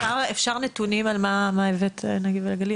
אפשר נתונים על מה הבאת לנגב ולגליל?